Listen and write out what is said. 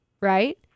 right